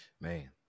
Man